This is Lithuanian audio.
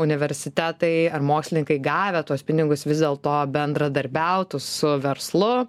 universitetai ar mokslininkai gavę tuos pinigus vis dėlto bendradarbiautų su verslu